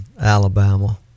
Alabama